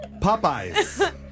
Popeyes